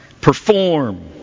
perform